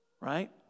Right